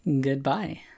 Goodbye